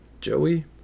Joey